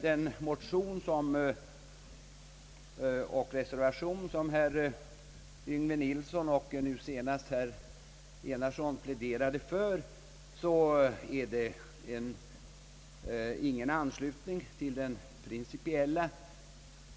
Den motion och den reservation som herr Yngve Nilsson och nu senast herr Enarsson pläderade för ansluter sig inte till den principiella